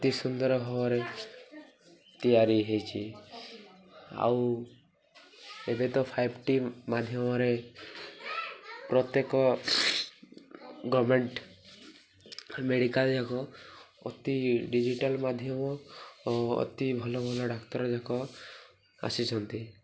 ଅତି ସୁନ୍ଦର ଭାବରେ ତିଆରି ହେଇଛି ଆଉ ଏବେ ତ ଫାଇପ୍ ଟି ମାଧ୍ୟମରେ ପ୍ରତ୍ୟେକ ଗଭର୍ଣ୍ଣମେଣ୍ଟ୍ ମେଡ଼ିକାଲ୍ ଯାକ ଅତି ଡିଜିଟାଲ୍ ମାଧ୍ୟମ ଓ ଅତି ଭଲ ଭଲ ଡାକ୍ତର ଯାକ ଆସିଛନ୍ତି